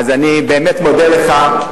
אז אני באמת מודה לך.